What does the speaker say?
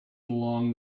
along